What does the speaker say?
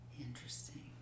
Interesting